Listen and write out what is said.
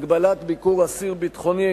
(הגבלת ביקור אסיר ביטחוני),